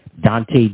Dante